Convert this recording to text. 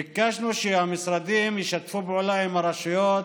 ביקשנו שהמשרדים ישתפו פעולה עם הרשויות